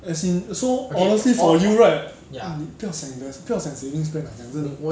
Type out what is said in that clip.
as in err so honestly for you right 你不要想 invest 不要想 savings plan lah 讲真的